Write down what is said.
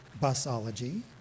bus-ology